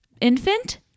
infant